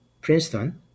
Princeton